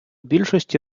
більшості